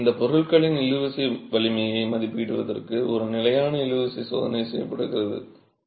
எனவே இந்த பொருட்களின் இழுவிசை வலிமையை மதிப்பிடுவதற்கு ஒரு நிலையான இழுவிசை சோதனை செய்யப்படுகிறது